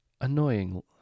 Annoying